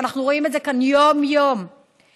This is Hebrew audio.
ואנחנו רואים את זה כאן יום-יום בכנסת.